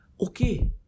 Okay